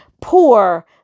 poor